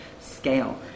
scale